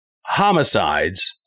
homicides